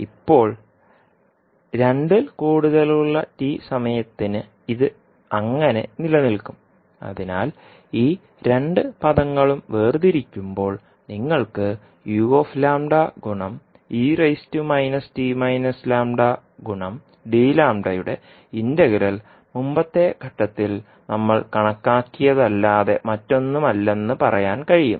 ഇപ്പോൾ രണ്ടിൽ കൂടുതലുള്ള tസമയത്തിന് ഇത് അങ്ങനെ നിലനിൽക്കും അതിനാൽ ഈ രണ്ട് പദങ്ങളും വേർതിരിക്കുമ്പോൾ നിങ്ങൾക്ക് യുടെ ഇന്റഗ്രൽ മുമ്പത്തെ ഘട്ടത്തിൽ നമ്മൾ കണക്കാക്കിയതല്ലാതെ മറ്റൊന്നുമല്ലെന്ന് പറയാൻ കഴിയും